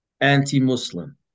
anti-Muslim